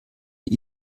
die